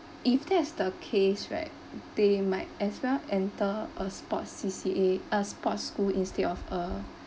if that's the case right they might as well enter a sport C_C_A a sports school instead of a